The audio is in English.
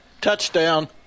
Touchdown